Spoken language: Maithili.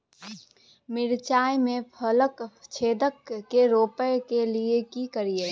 मिर्चाय मे फल छेदक के रोकय के लिये की करियै?